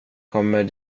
kommer